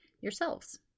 yourselves